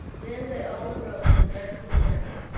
then they all arose and left the marah.